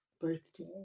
birthday